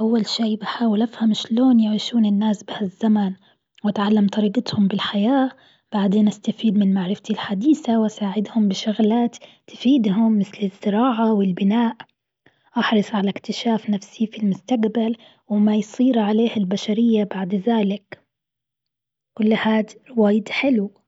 أول شي بحاول أفهم شلون يعيشون الناس بهالزمن وأتعلم طريقتهم بالحياة بعدين أستفيد من معرفتي الحديثة وأساعدهم بشغلات تفيدهم مثل الزراعة والبناء. أحرص على أكتشاف نفسي في المستقبل وما يصير عليه البشرية بعد ذلك. كل هاد وايد حلو.